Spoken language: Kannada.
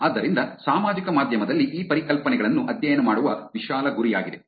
ಆದ್ದರಿಂದ ಸಾಮಾಜಿಕ ಮಾಧ್ಯಮದಲ್ಲಿ ಈ ಪರಿಕಲ್ಪನೆಗಳನ್ನು ಅಧ್ಯಯನ ಮಾಡುವ ವಿಶಾಲ ಗುರಿಯಾಗಿದೆ